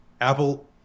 Apple